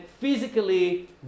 physically